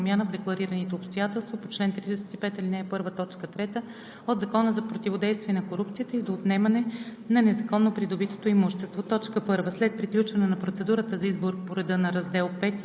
VІ. Задължение за деклариране на несъвместимост по чл. 35, ал. 1, т. 1 и на промяна в декларираните обстоятелства по чл. 35, ал. 1, т. 3 от Закона за противодействие на корупцията и за отнемане